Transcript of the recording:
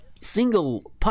single